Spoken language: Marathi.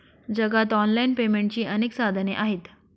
जगात ऑनलाइन पेमेंटची अनेक साधने आहेत